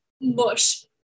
mush